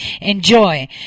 Enjoy